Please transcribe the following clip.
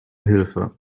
hilfe